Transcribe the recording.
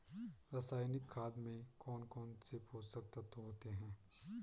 रासायनिक खाद में कौन कौन से पोषक तत्व होते हैं?